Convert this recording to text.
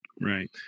Right